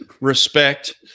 respect